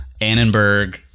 Annenberg